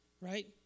right